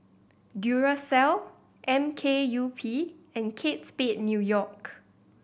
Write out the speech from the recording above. Duracell M K U P and Kate Spade New York